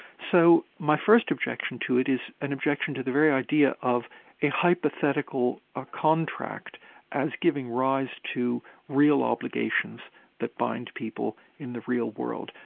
so my first objection to it is an objection to the very idea of a hypothetical ah contract as giving rise to real obligations that bind people in the real world.